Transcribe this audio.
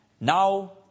Now